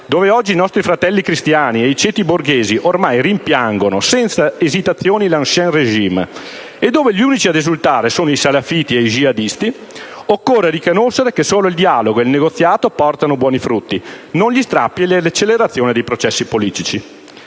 dove oggi i nostri fratelli cristiani e i ceti borghesi ormai rimpiangono senza esitazioni l'*ancien régime* e dove gli unici a esultare sono i salafiti ed i jihadisti, occorre riconoscere che solo il dialogo e il negoziato portano buoni frutti, non gli strappi e le accelerazioni dei processi politici.